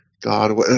God